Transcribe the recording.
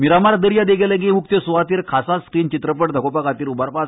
मिरामार दर्यादेगे लागीं उकते सुवातेर खासा स्क्रीन चित्रपट दाखोवपा खातीर उबारतले